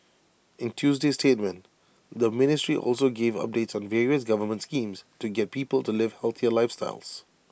in Tuesday's statement the ministry also gave updates on various government schemes to get people to live healthier lifestyles